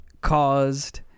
caused